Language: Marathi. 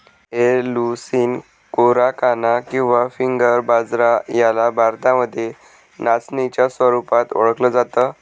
एलुसीन कोराकाना किंवा फिंगर बाजरा याला भारतामध्ये नाचणीच्या स्वरूपात ओळखल जात